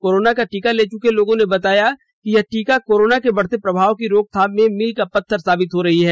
corona का टीका ले चुके लोगों ने बताया कि यह टीका कोरोना के बढ़ते प्रभाव की रोकथाम में मील का पत्थर साबित हो रहा है